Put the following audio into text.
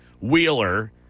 Wheeler